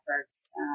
efforts